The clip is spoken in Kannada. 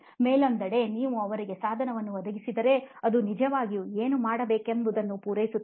ಮತ್ತೊಂದೆಡೆ ನೀವು ಅವರಿಗೆ ಸಾಧನವನ್ನು ಒದಗಿಸಿದರೆ ಅದು ನಿಜವಾಗಿ ಏನು ಮಾಡಬೇಕೆಂಬುದನ್ನು ಪೂರೈಸುತ್ತದೆ